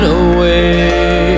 away